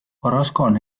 orozkon